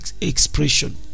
expression